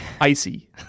Icy